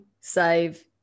save